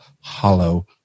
hollow